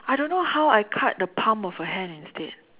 I don't know how I cut the palm of her hand instead